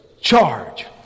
charge